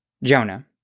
Jonah